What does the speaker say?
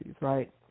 right